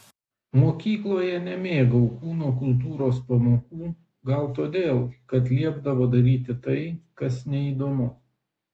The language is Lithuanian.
mokykloje nemėgau kūno kultūros pamokų gal todėl kad liepdavo daryti tai kas neįdomu